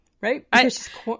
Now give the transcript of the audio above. right